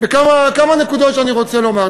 כמה נקודות שאני רוצה לומר.